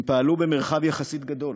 הם פעלו במרחב יחסית גדול,